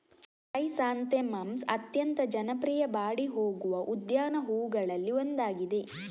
chrysanthemums ಅತ್ಯಂತ ಜನಪ್ರಿಯ ಬಾಡಿ ಹೋಗುವ ಉದ್ಯಾನ ಹೂವುಗಳಲ್ಲಿ ಒಂದಾಗಿದೆ